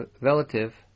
relative